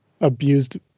abused